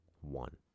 one